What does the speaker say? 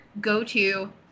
go-to